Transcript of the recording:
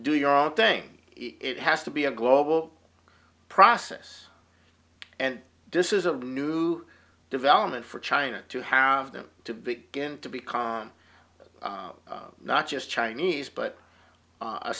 do your own thing it has to be a global process and this is a new development for china to have them to begin to be calm not just chinese but